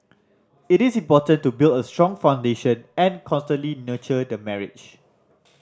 it is important to build a strong foundation and constantly nurture the marriage